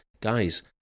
guys